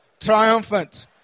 triumphant